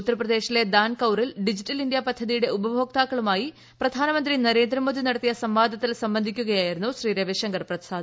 ഉത്തർപ്രദേശിലെ ദാൻ കൌറിൽ ഡിജിറ്റൽ ഇന്ത്യ പദ്ധതിയുടെ ഉപഭോക്താക്കളുമായി പ്രധാനമന്ത്രി ന്യ്യേന്ദ്മോദി നടത്തിയ സംവാദത്തിൽ സംബന്ധിക്കുകയിയിരുന്നു ശ്രീ രവിശങ്കർ പ്രസാദ്